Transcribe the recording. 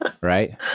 right